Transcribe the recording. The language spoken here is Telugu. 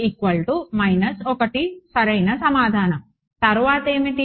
p 1 సరైన సమాధానం తర్వాత ఏమిటి